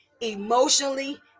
emotionally